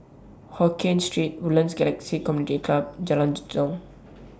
Hokien Street Woodlands Galaxy Community Club and Jalan Jitong